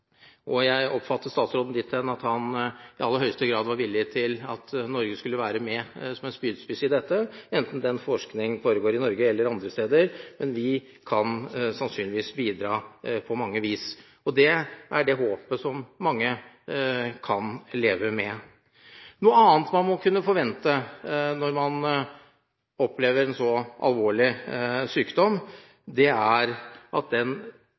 videre. Jeg oppfattet statsråden dit hen at han i aller høyeste grad var villig til at Norge skulle være med som en spydspiss i dette. Enten forskningen foregår i Norge eller andre steder, kan vi sannsynligvis bidra på mange vis. Det er det håpet mange kan leve med. Noe annet man må kunne forvente når man opplever en så alvorlig sykdom, er at